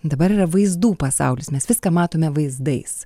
dabar yra vaizdų pasaulis mes viską matome vaizdais